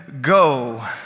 go